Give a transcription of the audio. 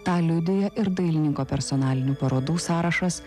tą liudija ir dailininko personalinių parodų sąrašas